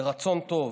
ברצון טוב,